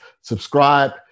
subscribe